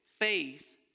faith